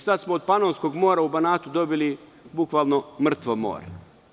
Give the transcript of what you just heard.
Sada smo od Panonskog mora u Banatu dobili bukvalno mrtvo more.